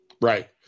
Right